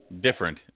different